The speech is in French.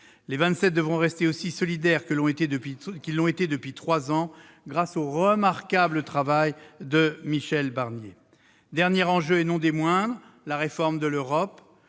devront rester aussi solidaires qu'ils l'ont été depuis trois ans, grâce au remarquable travail de Michel Barnier. Dernier enjeu, et non des moindres : la réforme de l'Europe.